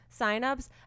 signups